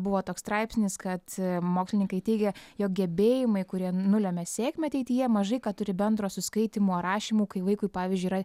buvo toks straipsnis kad mokslininkai teigia jog gebėjimai kurie nulemia sėkmę ateityje mažai ką turi bendro su skaitymu ar rašymu kai vaikui pavyzdžiui yra